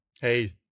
hey